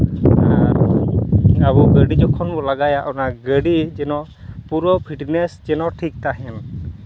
ᱟᱨ ᱟᱵᱚ ᱜᱟᱹᱰᱤ ᱡᱚᱠᱷᱚᱱ ᱵᱚᱱ ᱞᱟᱜᱟᱭᱟ ᱜᱟᱹᱰᱤ ᱡᱮᱱᱚ ᱯᱩᱨᱟᱹ ᱯᱷᱤᱴᱱᱮᱥ ᱡᱮᱱᱚ ᱴᱷᱤᱠ ᱛᱟᱦᱮᱱ